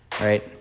right